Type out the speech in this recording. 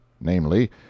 namely